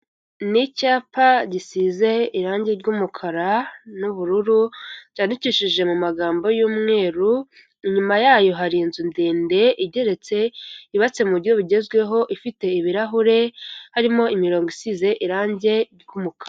Ni icyapa gisize irangi ry'umukara n'ubururu ryandikishije mu magambo y'umweru, inyuma yayo hari inzu ndende igeretse yubatse mu buryo bugezweho ifite ibirahure, harimo imirongo isize irangi ry'umukara.